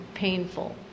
painful